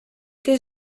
que